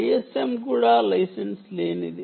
ISM కూడా licence లేనిది